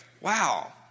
Wow